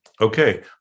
okay